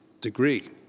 degree